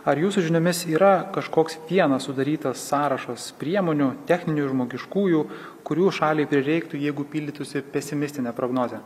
ar jūsų žiniomis yra kažkoks vienas sudarytas sąrašas priemonių techninių žmogiškųjų kurių šaliai prireiktų jeigu pildytųsi pesimistinė prognozė